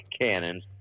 cannons